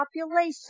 population